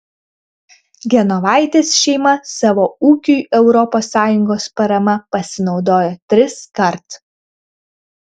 genovaitės šeima savo ūkiui europos sąjungos parama pasinaudojo triskart